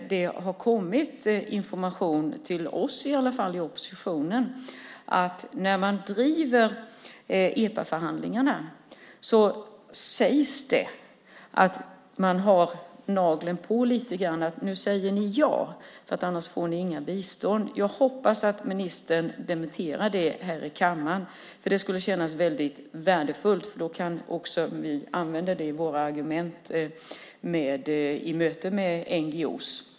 Det har kommit information, i alla fall till oss i oppositionen, om att man när man driver EPA-förhandlingarna har "nageln på" lite grann: Nu säger ni ja, för annars får ni inget bistånd! Kan ministern dementera det här i kammaren? Jag hoppas det. Det skulle kännas väldigt värdefullt. Då kan vi också använda det i våra argument i mötet med NGO:er.